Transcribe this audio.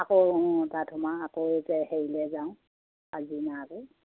আকৌ তাত সোমা আকৌ এতিয়া হেৰিলে যাওঁ